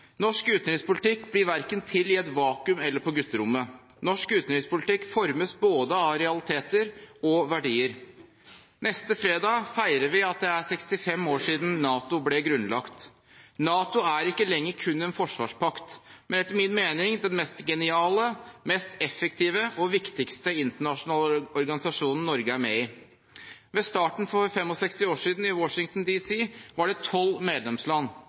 Norsk utenrikspolitikk blir verken til i et vakuum eller på gutterommet. Norsk utenrikspolitikk formes av både realiteter og verdier. Neste fredag feirer vi at det er 65 år siden NATO ble grunnlagt. NATO er ikke lenger kun en forsvarspakt, men etter min mening den mest geniale, effektive og viktigste internasjonale organisasjonen Norge er med i. Ved starten for 65 år siden i Washington D.C. var det 12 medlemsland.